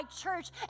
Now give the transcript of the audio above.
church